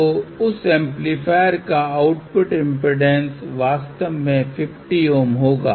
तो उस एम्पलीफायर का आउटपुट इम्पीडेन्स वास्तव में 50 Ω होगा